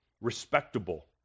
respectable